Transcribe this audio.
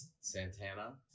Santana